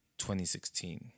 2016